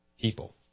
people